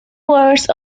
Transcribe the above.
words